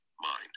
mind